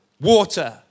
water